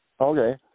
Okay